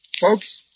Folks